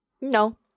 No